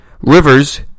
Rivers